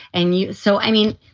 and you. so, i mean,